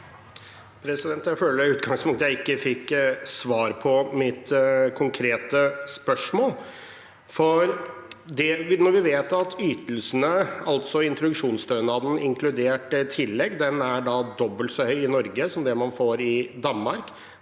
jeg i ut- gangspunktet at jeg ikke fikk svar på mitt konkrete spørsmål. Vi vet at ytelsene, altså introduksjonsstønaden inkludert tillegg, er dobbelt så høy i Norge som i Danmark.